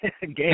Game